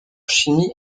chimie